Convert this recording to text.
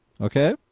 okay